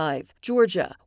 Georgia